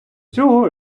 цього